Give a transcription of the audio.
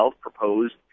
proposed